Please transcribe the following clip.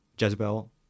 Jezebel